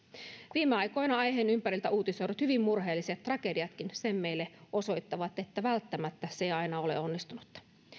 viime aikoina aiheen ympäriltä uutisoidut hyvin murheelliset tragediatkin sen meille osoittavat että välttämättä se ei aina ole onnistunutta